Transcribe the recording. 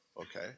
Okay